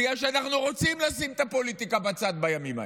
בגלל שאנחנו רוצים לשים את הפוליטיקה בצד בימים האלה.